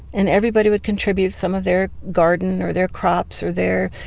and everybody would contribute some of their garden, or their crops, or their,